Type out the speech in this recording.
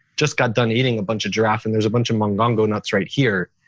just got done eating a bunch of giraffe, and there's a bunch of mongongo nuts right here.